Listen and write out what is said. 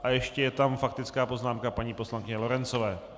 A ještě je tam faktická poznámka paní poslankyně Lorencové.